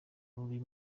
ruri